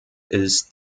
ist